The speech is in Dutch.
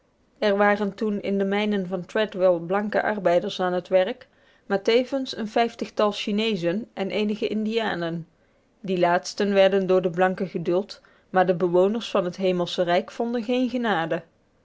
er waren toen in de mijnen van treadwell blanke arbeiders aan het werk maar tevens een vijftigtal chineezen en eenige indianen die laatsten werden door de blanken geduld maar de bewoners van het hemelsche rijk vonden geen genade